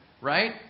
right